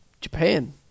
Japan